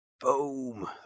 Boom